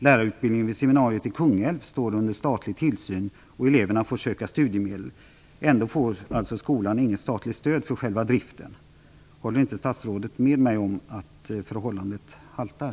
Lärarutbildningen vid seminariet i Kungälv står under statlig tillsyn, och eleverna får söka studiemedel. Ändå får skolan inget statligt stöd för själva driften! Håller inte statsrådet med mig om att förhållandet haltar?